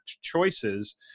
choices